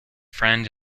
friend